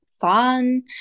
fun